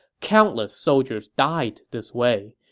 countless soldiers died this way,